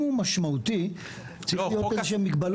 אם זה משמעותי צריך להיות על זה מגבלות.